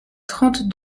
trente